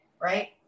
right